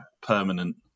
permanent